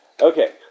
Okay